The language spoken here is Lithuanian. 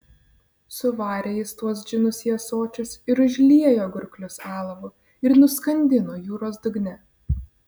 suvarė jis tuos džinus į ąsočius ir užliejo gurklius alavu ir nuskandino jūros dugne